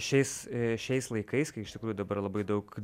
šiais šiais laikais kai iš tikrųjų dabar labai daug